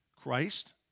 Christ